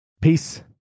Peace